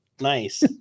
Nice